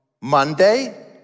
Monday